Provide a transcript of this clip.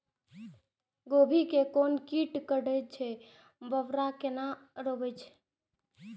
गोभी के कोन कीट कटे छे वकरा केना रोकबे?